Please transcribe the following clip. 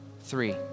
three